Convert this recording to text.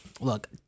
look